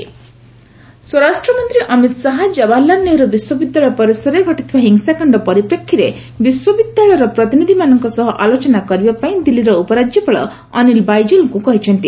JNU violence ସ୍ୱରାଷ୍ଟ୍ର ମନ୍ତ୍ରୀ ଅମୀତ୍ ଶାହା ଜବାହରଲାଲ୍ ନେହେରୁ ବିଶ୍ୱବିଦ୍ୟାଳୟ ପରିସରରେ ଘଟିଥିବା ହିଂସାକାଣ୍ଡ ପରିପ୍ରେକ୍ଷୀରେ ବିଶ୍ୱବିଦ୍ୟାଳୟର ପ୍ରତିନିଧିମାନଙ୍କ ସହ ଆଲୋଚନା କରିବାପାଇଁ ଦିଲ୍ଲୀର ଉପରାଜ୍ୟପାଳ ଅନିଲ୍ ବାଇଜଲ୍ଙ୍କୁ କହିଛନ୍ତି